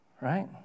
Right